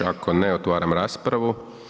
Ako ne, otvaram raspravu.